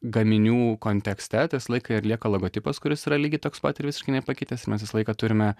gaminių kontekste tai visą laiką ir lieka logotipas kuris yra lygiai toks pat ir visiškai nepakitęs ir mes visą laiką turime